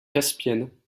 caspienne